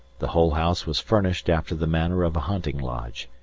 the whole house was furnished after the manner of a hunting lodge,